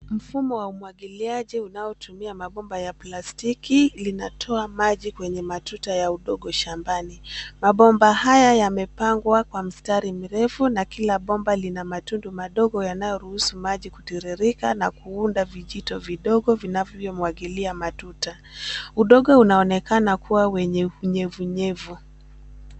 Mfumo wa umwagiliaji unaotumia mabomba ya plastiki linatoa maji kwenye matuta ya udongo shambani. Mabomba haya yamepangwa kwa mstari mrefu na kila bomba lina matundu madogo yanayoruhusu maji kutiririka na kuunda vijito vidogo vinavyomwagilia matuta. Udongo unaonekana kuwa wenye unyevunyevu.